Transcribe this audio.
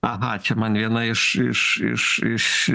aha čia man viena iš iš iš iš